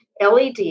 LED